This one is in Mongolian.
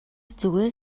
зүгээр